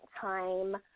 time